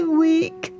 week